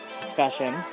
discussion